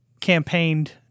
campaigned